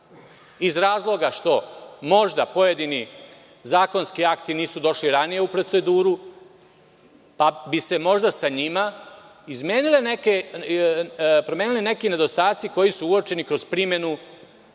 iz razloga što možda pojedini zakonski akti nisu došli ranije u proceduru, pa bi se možda sa njima promenili neki nedostaci koji su uočeni kroz primenu